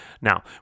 Now